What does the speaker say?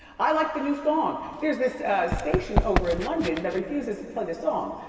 i like the new song. there's this station over in london that refuses to play this song.